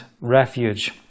refuge